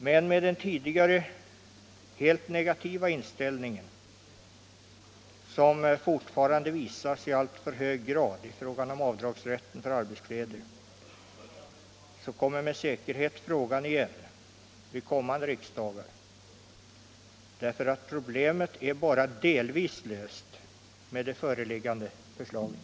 Eftersom den tidigare helt negativa inställningen dock i alltför hög grad kvarstår när det gäller avdragsrätten för arbetskläder kommer frågan med säkerhet igen vid följande riksmöten. Problemet är bara delvis löst med det föreliggande förslaget.